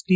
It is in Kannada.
ಟಿ